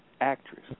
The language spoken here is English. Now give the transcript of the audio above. actress